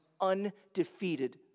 undefeated